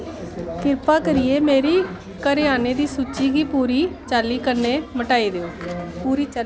कृपा करियै मेरी करेआने दी सूची गी पूरी चाल्ली कन्नै मटाई देओ